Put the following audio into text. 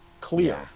clear